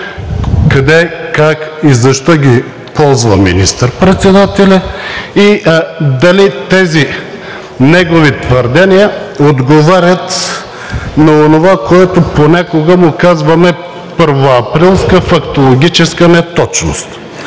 къде, как и защо ги ползва министър-председателят и дали тези негови твърдения отговарят на онова, което понякога му казваме първоаприлска фактологическа неточност?